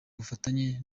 bufatanye